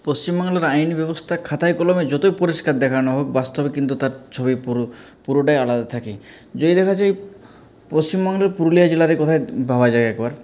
পশ্চিম বাংলার আইন ব্যবস্থা খাতায় কলমে যতই পরিষ্কার দেখানো হোক বাস্তবে কিন্তু তার ছবি পুরো পুরোটাই আলাদা থাকে যদি দেখা যায় পশ্চিম বাংলার পুরুলিয়া জেলার কথাই ভাবা যায় একবার